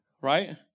Right